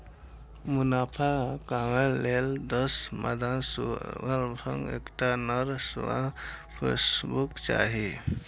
मुनाफा कमाबै लेल दस मादा सुअरक संग एकटा नर सुअर पोसबाक चाही